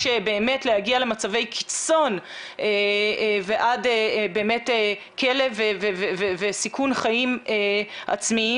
באמת להגיע למצבי קיצון עד באמת כלא וסיכון חיים עצמיים.